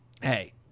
hey